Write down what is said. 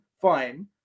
Fine